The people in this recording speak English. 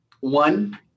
one